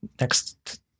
next